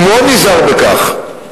הוא מאוד נזהר בכך.